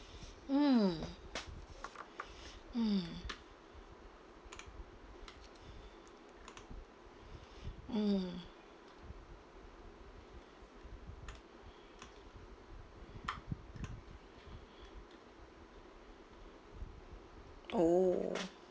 mm mm mm oh